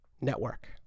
Network